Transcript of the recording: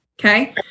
Okay